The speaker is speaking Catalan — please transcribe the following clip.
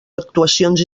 actuacions